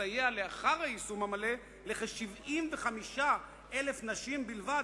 תסייע לאחר היישום המלא לכ-75,000 נשים בלבד